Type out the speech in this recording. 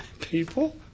people